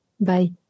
Bye